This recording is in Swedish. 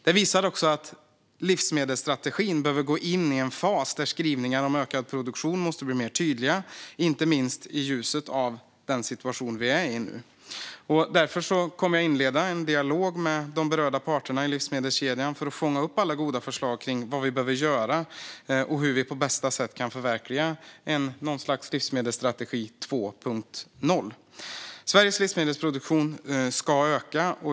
Det visar också att livsmedelsstrategin behöver gå in i en fas där skrivningar om ökad produktion måste bli tydligare, inte minst i ljuset av den situation vi är i nu. Därför kommer jag att inleda en dialog med de berörda parterna i livsmedelskedjan för att fånga upp alla goda förslag kring vad vi behöver göra och hur vi på bästa sätt kan förverkliga något slags livsmedelsstrategi 2.0. Sveriges livsmedelsproduktion ska öka.